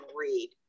read